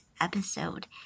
episode